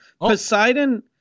Poseidon